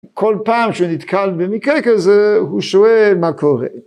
כל פעם שנתקל במקרה כזה הוא שואל מה קורה.